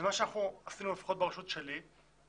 מה שעשינו ברשות שלי,